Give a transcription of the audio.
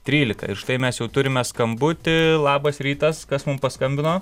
trylika ir štai mes jau turime skambutį labas rytas kas mum paskambino